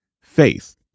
faith